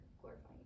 glorifying